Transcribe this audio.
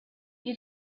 you